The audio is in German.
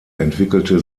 entwickelte